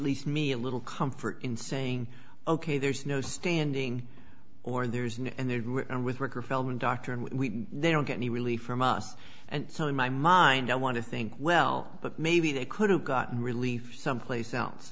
least me a little comfort in saying ok there's no standing or there's no and there and with rick or feldman doctor and we they don't get any relief from us and so in my mind i want to think well maybe they could have gotten relief someplace else